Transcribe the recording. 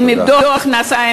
הם איבדו הכנסה,